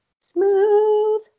smooth